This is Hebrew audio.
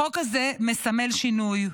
החוק הזה מסמל שינוי.